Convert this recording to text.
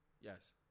Yes